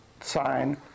sign